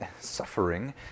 suffering